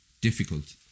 difficult